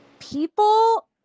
People